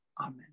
Amen